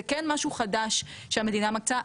זה כן משהו חדש שהמדינה מקצה.